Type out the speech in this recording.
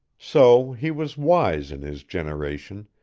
so he was wise in his generation,